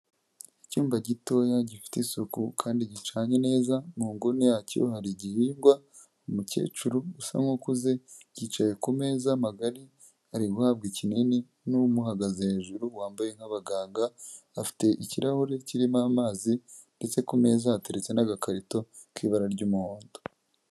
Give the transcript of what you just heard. Icyumba gitoya gifite isuku kandi gicanye neza mu nguni yacyo hari igihingwa umukecuru usa nk'ukuze yicaye kumeza magari ari guhabwa ikinini n'umuhagaze hejuru wambaye nk'abaganga afite ikirahure kirimo amazi ndetse ku meza yateretse n'agakarito k'ibara ry'umuhondo.